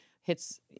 hits